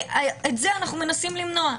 את זה אנחנו מנסים למנוע.